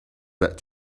but